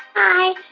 hi.